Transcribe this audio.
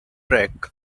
track